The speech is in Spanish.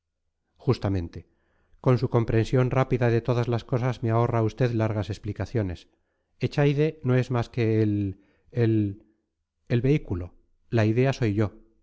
justamente con su comprensión rápida de todas las cosas me ahorra usted largas explicaciones echaide no es más que el el el vehículo la idea soy yo